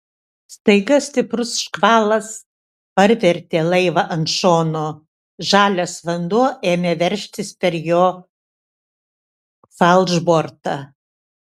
staiga stiprus škvalas parvertė laivą ant šono žalias vanduo ėmė veržtis per jo falšbortą